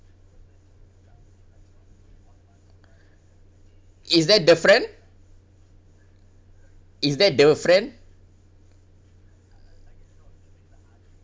is that the friend is that the friend